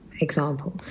example